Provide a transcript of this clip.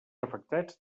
afectats